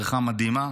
בריכה מדהימה,